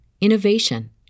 innovation